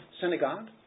synagogue